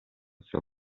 sua